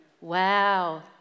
Wow